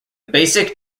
basic